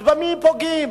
אז במי פוגעים?